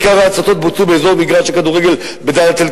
עיקר ההצתות בוצעו באזור מגרש הכדורגל בדאלית-אל-כרמל,